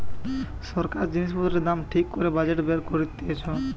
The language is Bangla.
সরকার জিনিস পত্রের দাম ঠিক করে বাজেট বের করতিছে